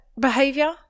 behavior